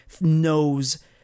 knows